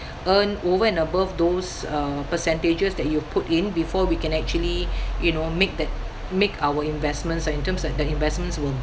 earn over and above those uh percentages that you put in before we can actually you know make that make our investments like in terms like the investments will